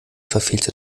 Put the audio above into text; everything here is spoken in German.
verfehlte